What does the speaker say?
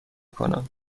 کنم